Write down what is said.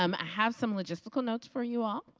um ah have some logistical notes for you all.